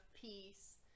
peace